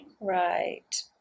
Right